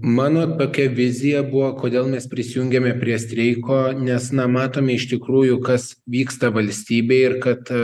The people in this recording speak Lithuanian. mano tokia vizija buvo kodėl mes prisijungėme prie streiko nes na matome iš tikrųjų kas vyksta valstybėj ir kad